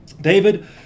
David